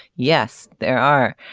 yes there are.